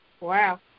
Wow